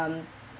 um